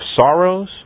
sorrows